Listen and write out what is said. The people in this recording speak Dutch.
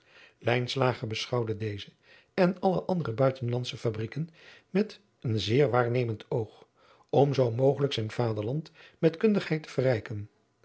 beschouwde deze en alle andere buitenlandsche fabrijken met een zeer waarnemend oog om zoo mogelijk zijn vaderland met knndigheden te verrijken